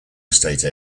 estate